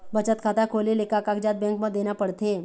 बचत खाता खोले ले का कागजात बैंक म देना पड़थे?